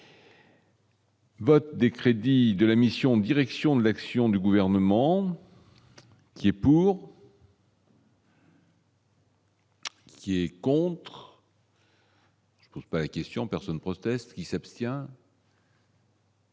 Vote des crédits de la mission Direction de l'action du gouvernement qui est pour. Qui est contre. Je pose question personne proteste qui s'abstient.